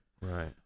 Right